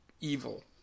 evil